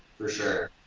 for sure,